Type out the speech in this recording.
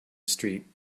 street